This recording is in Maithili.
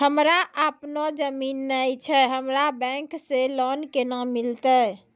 हमरा आपनौ जमीन नैय छै हमरा बैंक से लोन केना मिलतै?